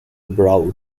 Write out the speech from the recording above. brow